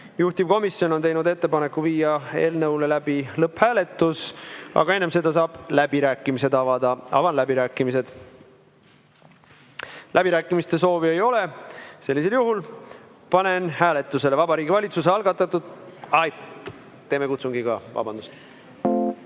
Juhtivkomisjon on teinud ettepaneku viia läbi lõpphääletus, aga enne seda saab avada läbirääkimised. Avan läbirääkimised. Läbirääkimiste soovi ei ole. Sellisel juhul panen hääletusele Vabariigi Valitsuse algatatud ... Ai! Teeme kutsungi ka. Vabandust!